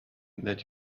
that